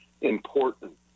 important